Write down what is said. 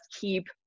keep